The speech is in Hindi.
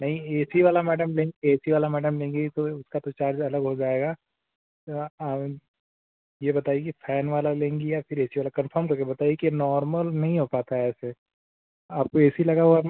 नहीं ए सी वाला मैडम ए सी वाला मैडम लेंगी तो उसका तो चार्ज अलग हो जाएगा ये बताइए कि फैन वाला लेंगी या फिर ए सी वाला कन्फर्म करके बताइए कि नॉर्मल नहीं हो पाता है ऐसे आपको ए सी लगा हुआ